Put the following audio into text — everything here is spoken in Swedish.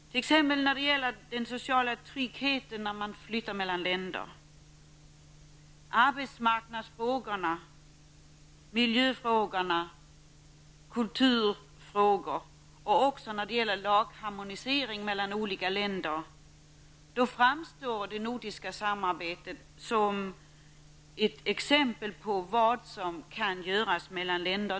Detta gäller t.ex. den sociala tryggheten när man flyttar mellan länder, det gäller arbetsmarknadsfrågor, miljöfrågor, kulturfrågor och även lagharmonisering mellan olika länder. Det nordiska samarbetet framstår där som ett exempel på vad som kan göras mellan länder.